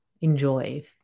enjoy